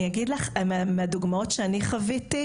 אני אגיד לך מהדוגמאות שאני חוויתי,